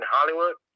Hollywood